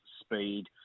speed